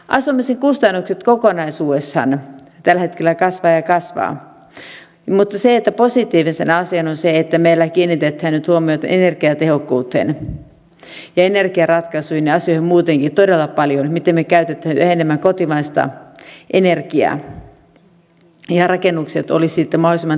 asumisen kustannukset kokonaisuudessaan tällä hetkellä kasvavat ja kasvavat mutta positiivisena asiana on se että meillä kiinnitetään nyt huomiota energiatehokkuuteen ja energiaratkaisuihin ja muutenkin todella paljon sellaisiin asioihin miten me käytämme yhä enemmän kotimaista energiaa ja rakennukset olisivat sitten mahdollisimman terveitä ja energiatehokkaita